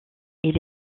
est